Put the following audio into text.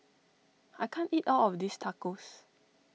I can't eat all of this Tacos